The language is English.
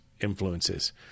influences